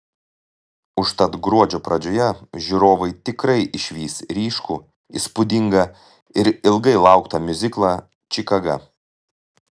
užtat gruodžio pradžioje žiūrovai tikrai išvys ryškų įspūdingą ir ilgai lauktą miuziklą čikaga